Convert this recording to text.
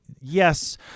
yes